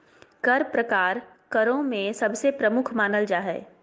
कर प्रकार करों में सबसे प्रमुख मानल जा हय